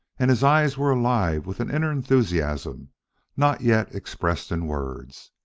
and his eyes were alive with an inner enthusiasm not yet expressed in words.